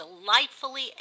delightfully